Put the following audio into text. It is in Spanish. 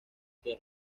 que